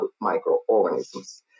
microorganisms